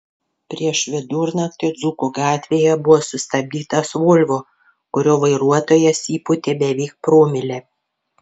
prieš vidurnaktį dzūkų gatvėje buvo sustabdytas volvo kurio vairuotojas įpūtė beveik promilę